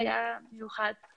יש לי שתי המלצות: